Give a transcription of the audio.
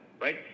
right